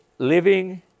Living